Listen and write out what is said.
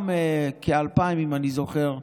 וגם כ-2,000, אם אני זוכר,